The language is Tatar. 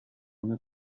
моны